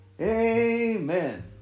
Amen